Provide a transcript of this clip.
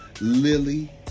lily